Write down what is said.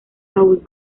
paul